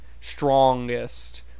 strongest